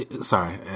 Sorry